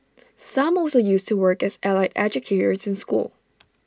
some also used to work as allied educators in schools